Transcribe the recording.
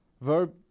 verb